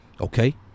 Okay